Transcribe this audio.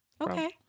Okay